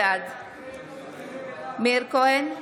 בעד מאיר כהן,